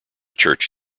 church